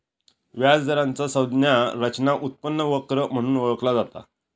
व्याज दराचा संज्ञा रचना उत्पन्न वक्र म्हणून ओळखला जाता